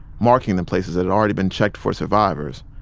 marking the places that had already been checked for survivors,